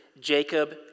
Jacob